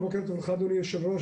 בוקר טוב לך אדוני היושב-ראש,